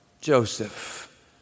Joseph